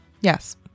yes